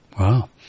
Wow